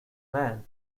man